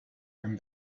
him